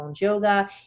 Yoga